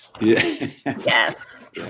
Yes